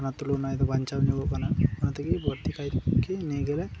ᱚᱱᱟ ᱛᱩᱞᱩ ᱱᱟᱭ ᱫᱚ ᱵᱟᱧᱪᱟᱣ ᱧᱚᱜ ᱠᱟᱱᱟ ᱚᱱᱟ ᱛᱮᱜᱮ ᱵᱟᱹᱲᱛᱤ ᱠᱟᱭ ᱱᱤᱭᱟᱹᱜᱮ